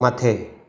मथे